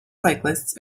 cyclists